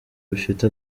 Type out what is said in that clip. bifite